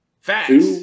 Facts